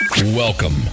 Welcome